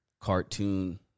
cartoon